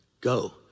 go